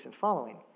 following